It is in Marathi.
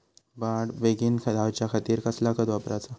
वाढ बेगीन जायच्या खातीर कसला खत वापराचा?